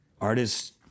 artists